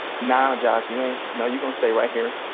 nah, josh, you ain't, no, you're gonna stay right here.